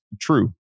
true